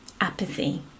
apathy